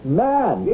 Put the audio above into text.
man